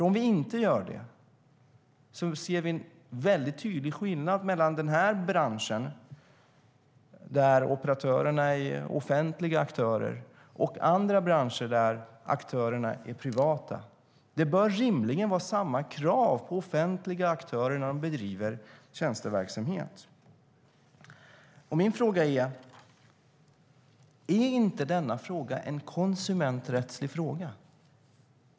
Om vi inte gör det ser vi en tydlig skillnad mellan denna bransch, där operatörerna är offentliga aktörer, och andra branscher där aktörerna är privata. Det bör rimligen ställas samma krav på offentliga aktörer när de bedriver tjänsteverksamhet. Min fråga är: Är inte denna fråga en konsumenträttslig fråga?